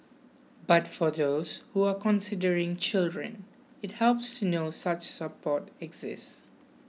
but for those who are considering children it helps to know such support exists